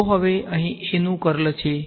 તો હવે અહીં A નું કર્લ છે